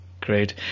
Great